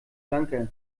lanka